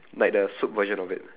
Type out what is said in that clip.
like the soup version of it